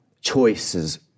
Choices